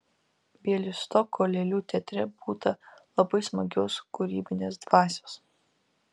bialystoko lėlių teatre būta labai smagios kūrybinės dvasios